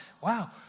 Wow